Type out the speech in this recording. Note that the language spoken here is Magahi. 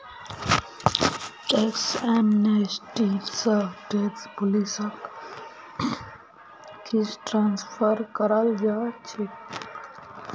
टैक्स एमनेस्टी स टैक्स पुलिसक केस ट्रांसफर कराल जा छेक